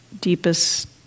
deepest